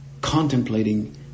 contemplating